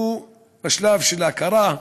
שהוא בשלב של הכרה,